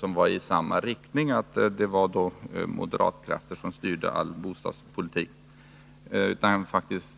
Det gick i samma riktning: det är moderatkrafter som styr all bostadspolitik. Jag kan